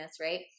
right